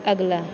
ਅਗਲਾ